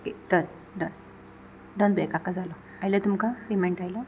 okay done done done पया काका जालो आयले तुमकां पेमेंट आयलो